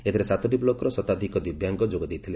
ଏଥିରେ ସାତଟି ବ୍କକ୍ର ଶତାଧିକ ଦିବ୍ୟାଙ୍ଗ ଯୋଗ ଦେଇଥିଲେ